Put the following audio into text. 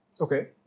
okay